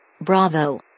bravo